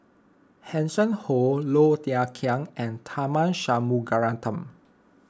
Hanson Ho Low Thia Khiang and Tharman Shanmugaratnam